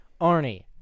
Arnie